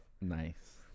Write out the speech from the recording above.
Nice